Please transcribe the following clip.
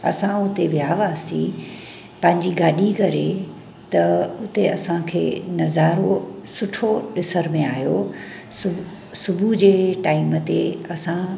असां हुते विया हुआसीं पांजी गाॾी करे त उते असांखे नज़ारो सुठो ॾिसण में आयो सु सुबुह जे टाईम ते असां